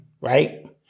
Right